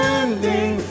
ending